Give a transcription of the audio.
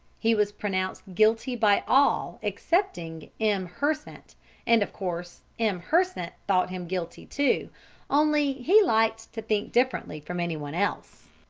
he was pronounced guilty by all excepting m. hersant and of course m. hersant thought him guilty, too only he liked to think differently from anyone else.